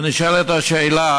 נשאלת השאלה